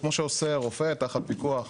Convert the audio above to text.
כמו שעושה הרופא תחת פיקוח.